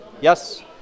Yes